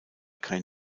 kein